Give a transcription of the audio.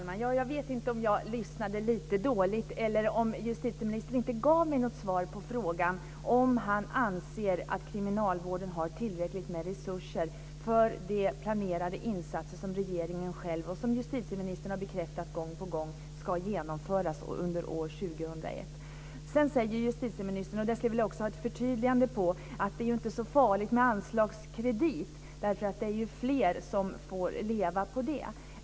Fru talman! Jag vet inte om jag lyssnade lite dåligt eller om justitieministern inte gav mig något svar på frågan om han anser att kriminalvården har tillräckligt med resurser för de planerade insatser som regeringen och justitieministern själv gång på gång har bekräftat ska genomföras under år 2001. Sedan säger justitieministern - och det skulle jag vilja få ett förtydligande av - att det inte är så farligt med anslagskredit. Det är ju fler som får leva på en sådan.